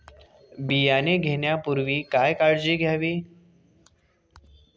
बियाणे घेण्यापूर्वी काय काळजी घ्यावी?